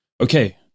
Okay